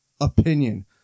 opinion